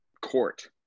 court